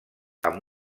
amb